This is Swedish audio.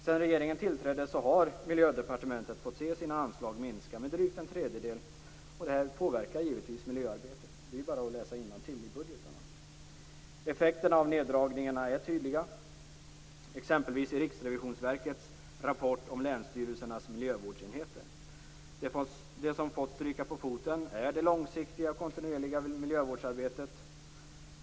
Sedan regeringen tillträdde har Miljödepartementet fått se sina anslag minska med drygt en tredjedel. Det påverkar givetvis miljöarbetet. Det är bara att läsa innantill i budgetarna. Effekterna av neddragningarna är tydliga exempelvis i Riksrevisionsverkets rapport om länsstyrelsernas miljövårdsenheter. Det som fått stryka på foten är det långsiktiga kontinuerliga miljövårdsarbetet.